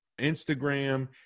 Instagram